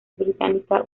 británica